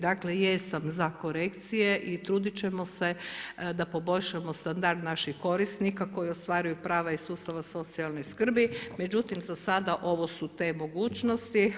Dakle jesam za korekcije i truditi ćemo se da poboljšamo standard naših korisnika koji ostvaruju prava iz sustava socijalne skrbi međutim za sada ovo su te mogućnosti.